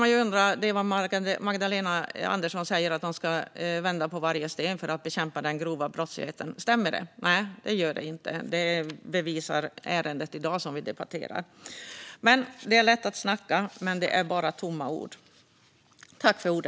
Magdalena Andersson säger att hon ska vända på varje sten för att bekämpa den grova brottsligheten. Stämmer det? Nej, det gör det inte. Det bevisar ärendet som vi debatterar i dag. Det är lätt att snacka, men det är bara tomma ord.